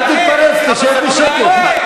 אל תתפרץ, תשב בשקט.